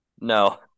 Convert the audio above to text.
No